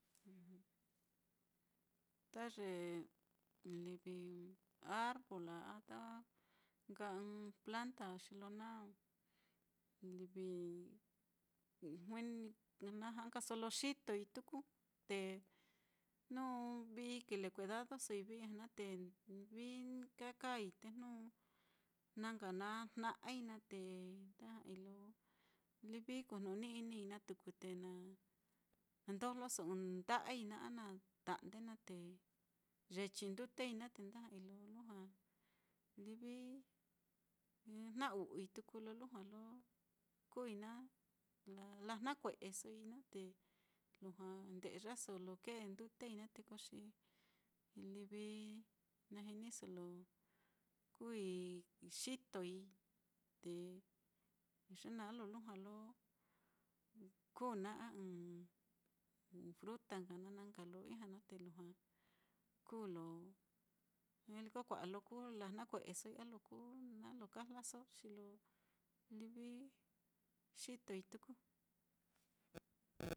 Ta ye livi arbol á, a ta nka ɨ́ɨ́n planta á, xi lo na livi jui na ja'ankaso lo xitoi tuku, te jnu vií kile kuedadosoi, vií ijña naá te vií nka kai, te jnu na nka na jna'ai naá, te nda ja'ai lo livi kujnuni-inii, naá tuku te na jnundojloso ɨ́ɨ́n nda'ai naá, a na ta'nde naá, te yechi ndutei naá, te nda ja'ai lo lujua livi jna-u'ui tuku lo lujua lo kuui naá, lajnakue'esoi naá, te lujua nde'yaso lo kee ndutei naá, te ko xi livi na jiniso lo kuui, xitoi te ye naá lo lujua lo kuu naá a ɨ́ɨ́n fruta nka na nka lo ijña na te lujua kuu lo ñaliko kua'a lo kuu lajnakue'esoi a lo ku na lo kajlaso xi lo livi xitoi tuku.